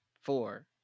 four